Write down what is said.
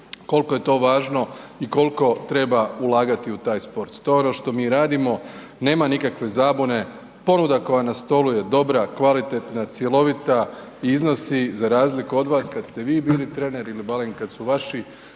koliko je to važno i koliko treba ulagati u taj sport, to je ono što mi radimo, nema nikakve zabune, ponuda koja je na stolu je dobra, kvalitetna, cjelovita i iznosi za razliku od vas kad ste vi bili trener ili barem kad su vaši